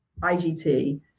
IGT